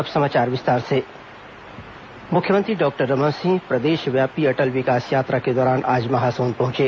अटल विकास यात्रा मुख्यमंत्री डॉक्टर रमन सिंह प्रदेशव्यापी अटल विकास यात्रा के दौरान आज महासमुद पहुंचे